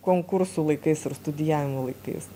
konkursų laikais ir studijavimo laikais